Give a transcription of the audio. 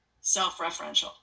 self-referential